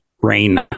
Rain